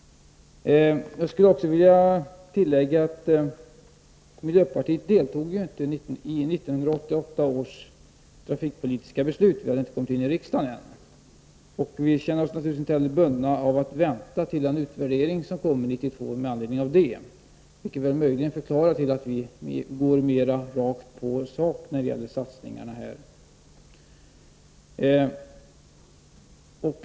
Jag skulle också vilja tillägga att miljöpartiet inte deltog i 1988 års trafikpolitiska beslut. Vi hade då ännu inte kommit in i riksdagen, Vi känner oss naturligtvis inte heller bundna att vänta på den utvärdering som kommer 1992 med anledning av det beslutet. Det kan möjligen förklara att vi går mera rakt på sak när det gäller satsningarna här.